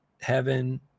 heaven